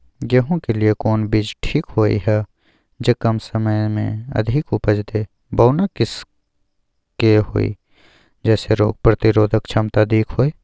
गेहूं के लिए कोन बीज ठीक होय हय, जे कम समय मे अधिक उपज दे, बौना किस्म के होय, जैमे रोग प्रतिरोधक क्षमता अधिक होय?